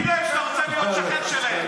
תגיד להם שאתה רוצה להיות שכן שלהם,